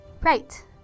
Right